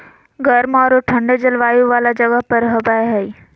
गर्म औरो ठन्डे जलवायु वाला जगह पर हबैय हइ